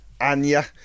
Anya